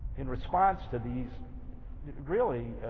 in response to these really